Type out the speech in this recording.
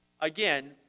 again